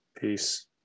Peace